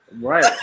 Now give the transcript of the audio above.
right